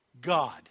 God